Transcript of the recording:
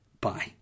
Bye